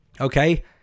Okay